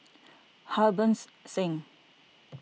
Harbans Singh